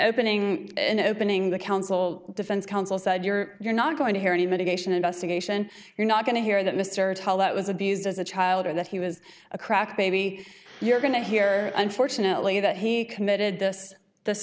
opening and opening the counsel defense counsel said you're you're not going to hear any medication investigation you're not going to hear that mr tolle that was abused as a child and that he was a crack baby you're going to hear unfortunately that he committed this th